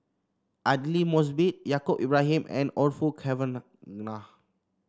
Aidli Mosbit Yaacob Ibrahim and Orfeur Cavenagh